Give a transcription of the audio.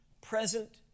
present